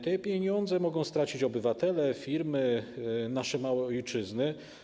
Te pieniądze mogą stracić obywatele, firmy, nasze małe ojczyzny.